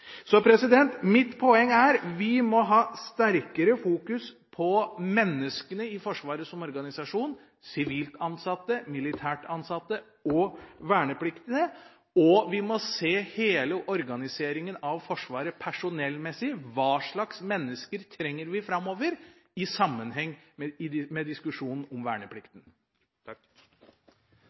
Mitt poeng er at vi må fokusere mer på menneskene i Forsvaret som organisasjon, sivilt ansatte, militært ansatte og vernepliktige, og vi må se hele organiseringa av Forsvaret personellmessig – hva slags mennesker vi trenger framover – i sammenheng med diskusjonen om verneplikten.